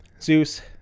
Zeus